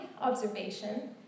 observation